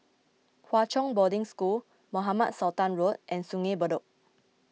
Hwa Chong Boarding School Mohamed Sultan Road and Sungei Bedok